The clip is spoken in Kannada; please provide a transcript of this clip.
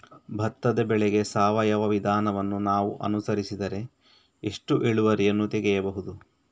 ಭತ್ತದ ಬೆಳೆಗೆ ಸಾವಯವ ವಿಧಾನವನ್ನು ನಾವು ಅನುಸರಿಸಿದರೆ ಎಷ್ಟು ಇಳುವರಿಯನ್ನು ತೆಗೆಯಬಹುದು?